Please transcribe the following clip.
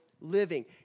living